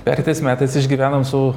pereitais metais išgyvenom su